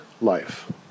life